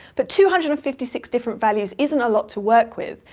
but two hundred and fifty six different values isn't a lot to work with,